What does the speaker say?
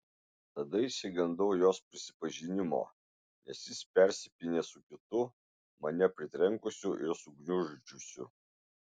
tada išsigandau jos prisipažinimo nes jis persipynė su kitu mane pritrenkusiu ir sugniuždžiusiu